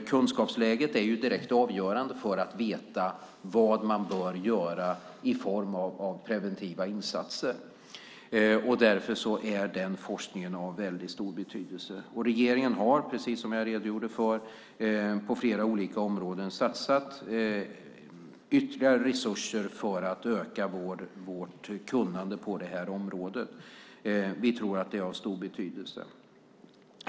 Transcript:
Kunskapsläget är avgörande för att veta vad man bör göra i form av preventiva insatser. Därför är den forskningen av väldigt stor betydelse. Regeringen har, som jag redogjorde för, på flera olika områden satsat ytterligare resurser för att öka vårt kunnande på området. Vi tror att det är av stor betydelse.